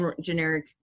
generic